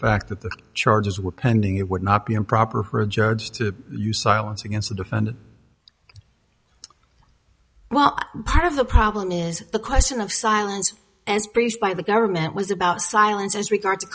fact that the charges were pending it would not be improper her a judge to use silence against the defendant well part of the problem is the question of silence as briefed by the government was about silence as regards